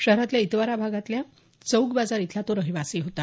शहरातल्या इतवारा भातातल्या चौक बाजार इथला तो रहिवासी होता